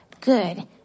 Good